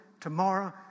tomorrow